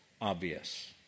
obvious